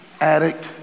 addict